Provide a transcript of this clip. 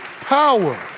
power